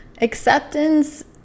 Acceptance